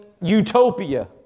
utopia